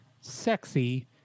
sexy